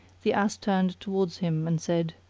the ass turned to wards him and said,